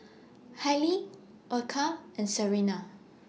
Hailie Erykah and Serena